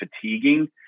fatiguing